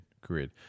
grid